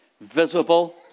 visible